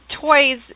toys